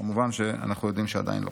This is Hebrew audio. אנחנו כמובן יודעים שעדיין לא,